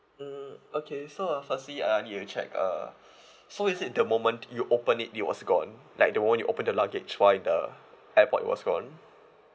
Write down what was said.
mm okay so uh firstly I need to check uh so is it the moment you opened it was gone like the moment you opened your luggage while at the airport it was gone